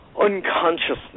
unconsciousness